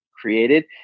created